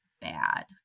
bad